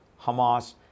Hamas